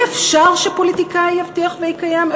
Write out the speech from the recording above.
אי-אפשר שפוליטיקאי יבטיח ויקיים?